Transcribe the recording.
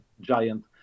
giant